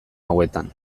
hauetan